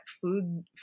food